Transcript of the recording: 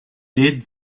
dead